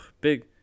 big